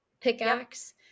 pickaxe